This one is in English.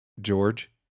George